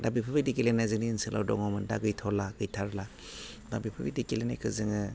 दा बेफोर बायदि गेलेनाया जोंनि ओनसोलाव दङमोन दा गैथ'ला गैथारला दा बेफोरबायदि गेलेनायखौ जोङो